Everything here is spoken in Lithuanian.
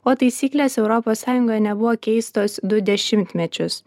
o taisyklės europos sąjungoje nebuvo keistos du dešimtmečius